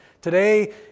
today